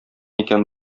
икән